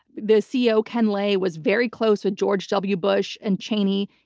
the ceo, ken lay, was very close with george w. bush and cheney.